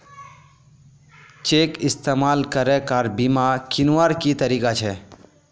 Cheque इस्तेमाल करे car बीमा कीन्वार की तरीका छे?